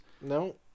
no